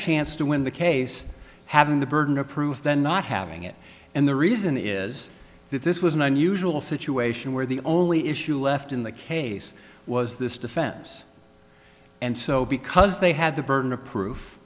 chance to win the case having the burden of proof than not having it and the reason is that this was an unusual situation where the only issue left in the case was this defense and so because they had the burden of proof